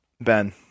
Ben